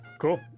Cool